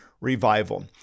revival